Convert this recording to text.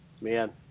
Man